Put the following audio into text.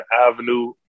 avenue